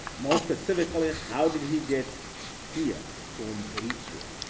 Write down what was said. most specifically, ah how did he get here from eritrea.